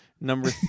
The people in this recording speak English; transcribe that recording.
Number